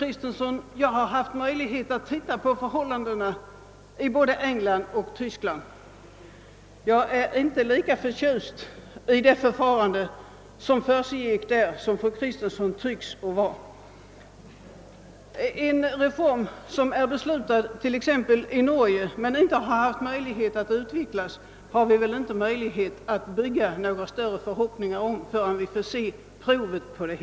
Jag har haft möjlighet att se på förhållandena i både England och Tyskland. Jag är inte lika förtjust över vad som försiggår där på detta område som fru Kristensson tycks vara. En reform som är beslutad i Norge men inte har prövats i praktiken har vi väl ingen möjlighet att bygga några större förhoppningar på förrän vi får se hur provet utfaller.